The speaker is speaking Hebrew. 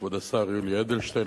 כבוד השר יולי אדלשטיין,